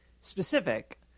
specific